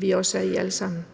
vi også er i alle sammen.